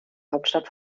hauptstadt